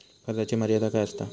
कर्जाची मर्यादा काय असता?